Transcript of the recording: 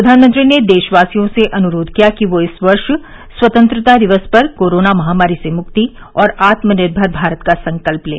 प्रधामनंत्री ने देशवासियों से अनुरोध किया कि वे इस वर्ष स्वतंत्रता दिवस पर कोरोना महामारी से मुक्ति और आत्मनिर्भर भारत का संकल्प लें